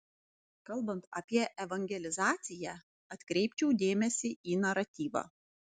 kalbant apie evangelizaciją atkreipčiau dėmesį į naratyvą